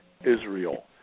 Israel